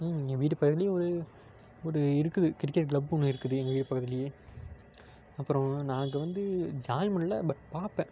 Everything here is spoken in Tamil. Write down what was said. எங்கள் வீடு பக்கத்துலேயே ஒரு ஒரு இருக்குது கிரிக்கெட்டு க்ளப்பு ஒன்று இருக்குது எங்கள் வீடு பக்கத்துலேயே அப்புறோம் நான் அங்கே வந்து ஜாயின் பண்ணலை பட் பார்ப்பேன்